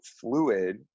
fluid